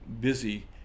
busy